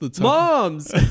Moms